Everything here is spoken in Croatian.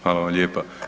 Hvala vam lijepa.